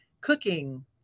cooking